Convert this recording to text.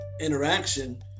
interaction